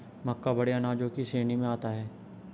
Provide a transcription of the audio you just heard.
मक्का बड़े अनाजों की श्रेणी में आता है